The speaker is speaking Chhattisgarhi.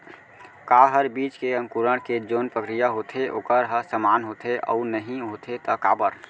का हर बीज के अंकुरण के जोन प्रक्रिया होथे वोकर ह समान होथे, अऊ नहीं होथे ता काबर?